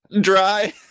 Dry